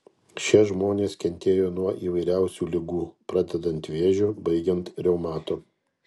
šie žmonės kentėjo nuo įvairiausių ligų pradedant vėžiu baigiant reumatu